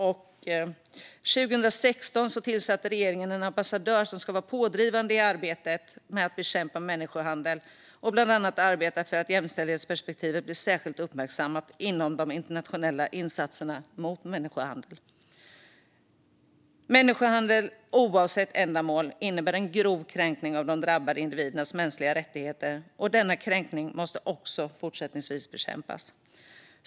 År 2016 tillsatte regeringen en ambassadör som ska vara pådrivande i arbetet med att bekämpa människohandel och bland annat arbeta för att jämställdhetsperspektivet blir särskilt uppmärksammat inom de internationella insatserna mot människohandel. Människohandel innebär, oavsett ändamål, en grov kränkning av de drabbade individernas mänskliga rättigheter. Denna kränkning måste också fortsättningsvis bekämpas.